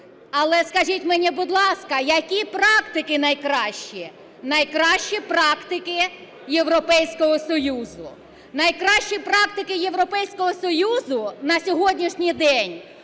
Але скажіть мені, будь ласка, які практики найкращі? Найкращі практики Європейського Союзу. Найкращі практики Європейського Союзу на сьогоднішній день